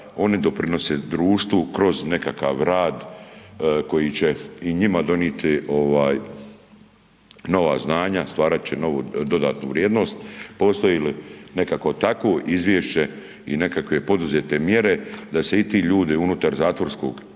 oni doprinose društvu kroz nekakav rad koji će i njima donijeti nova znanja, stvarat će novu dodatnu vrijednost. Postoji li nekakvo takvo izvješće i nekakve poduzete mjere da se i ti ljudi unutar zatvorskih